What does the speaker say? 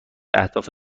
اهداف